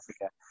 Africa